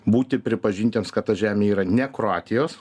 būti pripažintiems kad ta žemė yra ne kroatijos